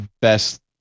best